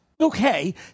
okay